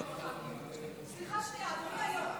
22 בעד, אין מתנגדים, אין נמנעים.